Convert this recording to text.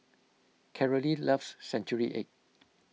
Carolee loves Century Egg